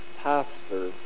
pastor